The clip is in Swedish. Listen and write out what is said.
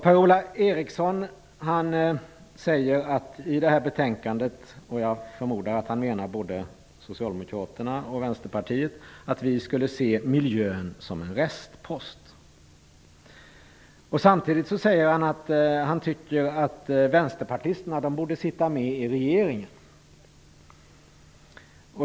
Per-Ola Eriksson säger att vi när det gäller det här betänkandet - jag förmodar att han då menar både Socialdemokraterna och Vänsterpartiet - ser miljön som en restpost. Samtidigt säger han att han tycker att vänsterpartisterna borde sitta med i regeringen.